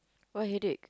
why headache